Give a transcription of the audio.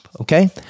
okay